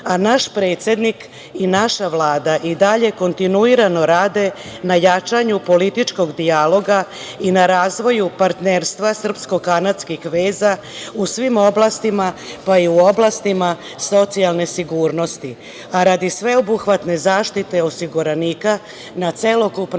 a naš predsednik i naša Vlada i dalje kontinuirano rade na jačanju političkog dijaloga i na razvoju partnerstva srpsko-kanadskih veza u svim oblastima pa i u oblastima socijalne sigurnosti, a radi sveobuhvatne zaštite osiguranika na celokupnoj